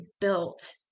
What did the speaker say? built